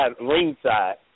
ringside